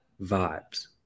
vibes